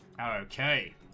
Okay